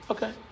Okay